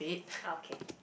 okay